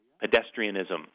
Pedestrianism